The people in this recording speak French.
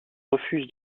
refuse